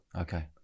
Okay